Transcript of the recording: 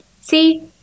See